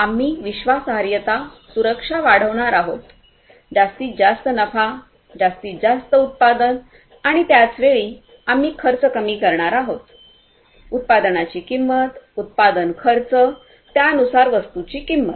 आम्ही विश्वासार्हता सुरक्षा वाढवणार आहोत जास्तीत जास्त नफा जास्तीत जास्त उत्पादन आणि त्याच वेळी आम्ही खर्च कमी करणार आहोत उत्पादनाची किंमत उत्पादन खर्च त्यानुसार वस्तूंची किंमत